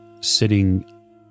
sitting